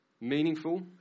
Meaningful